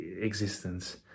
existence